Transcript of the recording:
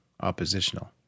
oppositional